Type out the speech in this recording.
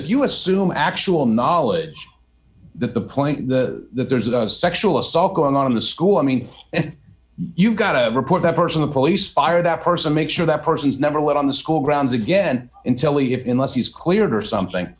if you assume actual knowledge that the point that there's a sexual assault going on in the school i mean you've got to report that person the police fire that person make sure that person's never went on the school grounds again intelli even less he's cleared or something